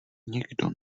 nikdo